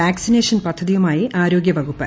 vaccination പദ്ധതിയുമായിട്ട്ട്രോഗ്യവകുപ്പ്